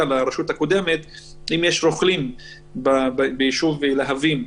לרשות הקודמת: אם יש רוכלים בישוב להבים.